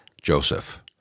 Joseph